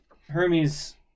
Hermes